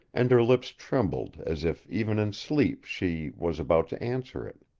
and her lips trembled, as if even in sleep she was about to answer it.